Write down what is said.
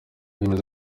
wemeza